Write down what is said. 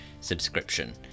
subscription